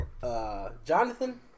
Jonathan